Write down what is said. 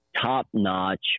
top-notch